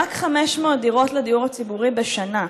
רק 500 דירות לדיור הציבורי בשנה,